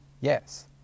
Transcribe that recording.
Yes